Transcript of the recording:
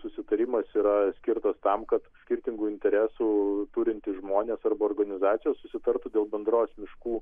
susitarimas yra skirtas tam kad skirtingų interesų turintys žmonės arba organizacijos susitartų dėl bendros miškų